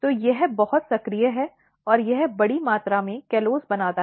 तो यह बहुत सक्रिय है और यह बड़ी मात्रा में कॉलोज़ बनाता है